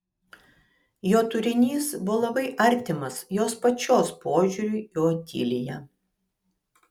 jo turinys buvo labai artimas jos pačios požiūriui į otiliją